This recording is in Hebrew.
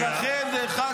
--- ולכן,